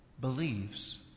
believes